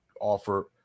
offer